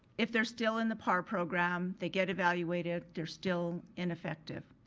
if they're still in the par program, they get evaluated, they're still ineffective?